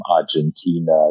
Argentina